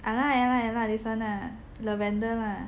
ah ya lah yah lah this one ah lavender lah